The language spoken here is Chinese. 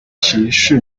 歧视